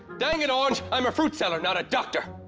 dang it, orange. i'm a fruit seller, not a doctor.